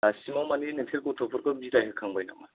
दासिमाव माने नोंसोर गथ'फोरखौ बिदाय होखांबाय नामा